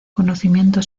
conocimiento